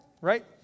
Right